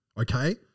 Okay